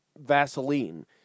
vaseline